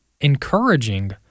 encouraging